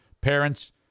parents